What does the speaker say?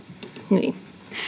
niin